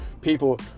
people